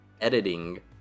editing